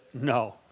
no